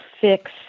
fix